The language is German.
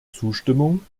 zustimmung